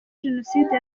jenoside